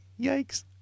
Yikes